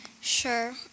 Sure